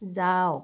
যাওঁক